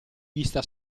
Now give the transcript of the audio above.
vista